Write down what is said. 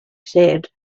said